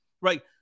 Right